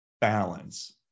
balance